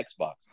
Xbox